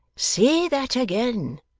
say that again